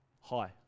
Hi